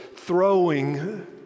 Throwing